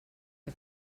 que